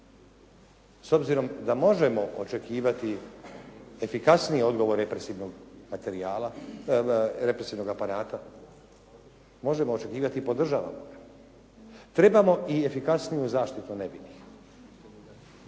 S obzirom da možemo očekivati efikasnije odgovore represivnog aparata možemo očekivati i podržavamo. Trebamo i efikasniju zaštitu nevinih